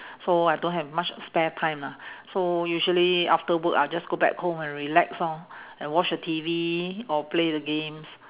so I don't have much spare time lah so usually after work I'll just go back home and relax lor and watch the T_V or play the games